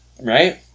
Right